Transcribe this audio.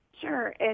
Sure